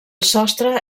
sostre